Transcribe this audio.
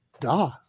duh